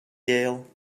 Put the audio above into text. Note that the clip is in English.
gale